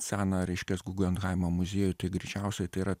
seną reiškias guggenheimo muziejų tai greičiausiai tai yra